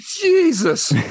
Jesus